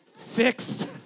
six